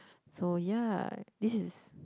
so ya this is